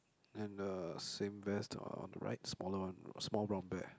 and a same bears are on the right smaller one small brown bear